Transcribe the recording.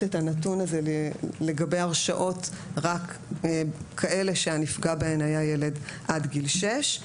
את הנתון הזה רק לגבי הרשעות שהנפגע בהן היה ילד עד גיל שש?